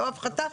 לא הפחתה,